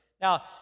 Now